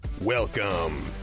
Welcome